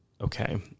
okay